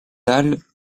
dalles